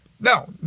No